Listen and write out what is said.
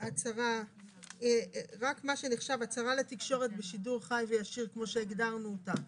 שרק מה שנחשב הצהרה לתקשורת בשידור חי וישיר כמו שהגדרנו אותה,